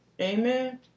Amen